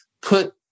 put